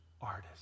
artist